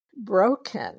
broken